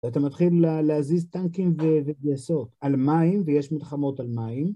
ואתה מתחיל להזיז טנקים וגייסות על מים, ויש מלחמות על מים.